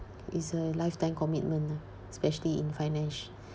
it's a lifetime commitment ah especially in finance